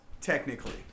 technically